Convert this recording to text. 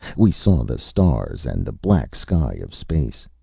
we saw the stars and the black sky of space.